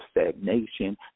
stagnation